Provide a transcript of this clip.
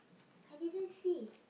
I didn't see